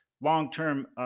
long-term